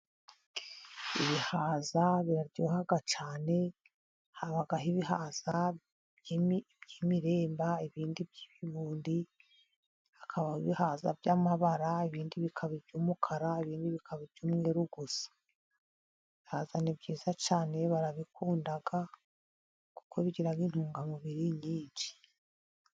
Ibihahaza biraryohaha cyane, habaho ibihahaza by'imirimba, ibindi by'ibibundi, hakabaho ibihaza by'amabara, ibindi bikaba iby'umukara binini, bikaba iby'umweru gusa. Ibihaaza ni byiza cyane barabikunda, kuko bigira intungamubiri nyinshi.